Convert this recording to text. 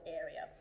area